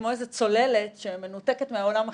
כמו איזו צוללת שמנותקת מהעולם החיצון.